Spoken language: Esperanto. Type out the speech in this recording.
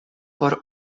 por